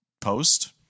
post